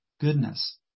goodness